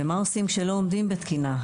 ומה עושים שלא עומדים בתקינה?